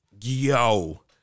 yo